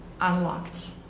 unlocked